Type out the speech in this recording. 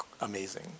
amazing